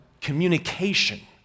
communication